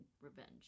revenge